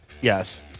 Yes